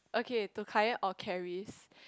okay to Kai-yen or Carrie